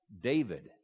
David